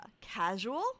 casual